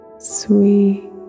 Sweet